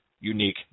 unique